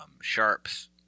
Sharp's